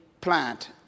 plant